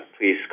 please